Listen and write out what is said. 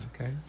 Okay